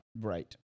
right